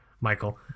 Michael